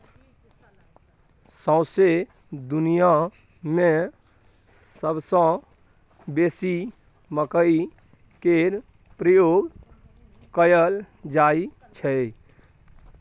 सौंसे दुनियाँ मे सबसँ बेसी मकइ केर प्रयोग कयल जाइ छै